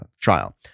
trial